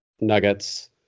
Nuggets